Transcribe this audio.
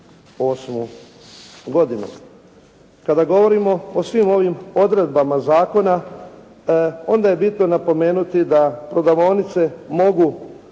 godinu. Kada govorimo o svim ovim odredbama zakona, onda je bitno napomenuti da prodavaonice mogu